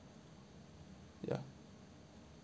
ya